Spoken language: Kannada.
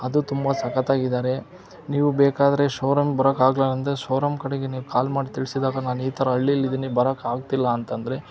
ಅದು ತುಂಬ ಸಕ್ಕತ್ತಾಗಿದ್ದಾರೆ ನೀವು ಬೇಕಾದರೆ ಶೋರೂಮ್ ಬರೋಕಾಗಲ್ಲ ಅಂದರೆ ಶೋರೂಮ್ ಕಡೆಗೆ ನೀವು ಕಾಲ್ ಮಾಡಿ ತಿಳಿಸಿದಾಗ ನಾನು ಈ ಥರ ಹಳ್ಳೀಲ್ಲಿ ಇದ್ದೀನಿ ಬರೋಕಾಗ್ತಿಲ್ಲ ಅಂತಂದರೆ